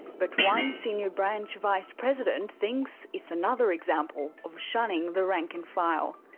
but one senior branch vice-president thinks it's another example of shunning the rank and file.